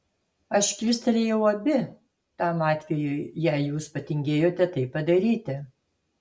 aš kilstelėjau abi tam atvejui jei jūs patingėjote tai padaryti